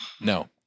no